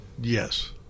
Yes